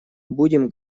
будем